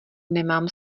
nemám